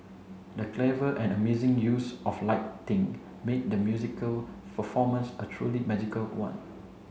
the clever and amazing use of lighting made the musical performance a truly magical one